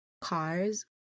cars